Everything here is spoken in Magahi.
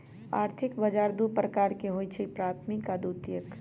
आर्थिक बजार दू प्रकार के होइ छइ प्राथमिक आऽ द्वितीयक